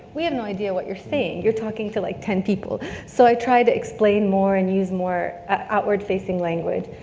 we have no idea what you're saying, you're talking to like ten people. so i try to explain more and use more outward-facing language.